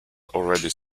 already